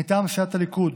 מטעם סיעת הליכוד,